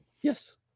Yes